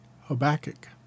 Habakkuk